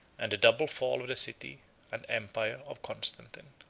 and the double fall of the city and empire of constantine.